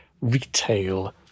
retail